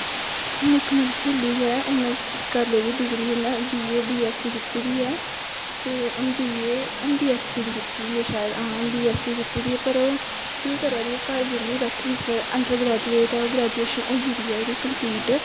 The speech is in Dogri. हून इक मेरी स्हेली गै उन्न करी लेदी डिग्री उन्नै B A B S C कीती दी ऐ ते उन बी ऐस सी दी कीती दी ऐ शायद हां बी ऐस सी कीती दी ऐ पर ओह् केह् करा दी ओह् घर बेह्ली बैठी दी इसलै अंडरग्रैजुएट ऐ ओह् ग्रैजुऐशन होई गेदी ऐ ओह्दी कंपलीट